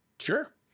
Sure